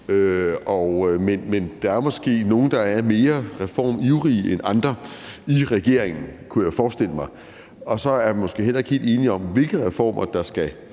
men der er måske nogle, der er mere reformivrige end andre, i regeringen, kunne jeg forestille mig. Og så er man måske heller ikke helt enige om, hvilke reformer der skal